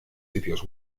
sitios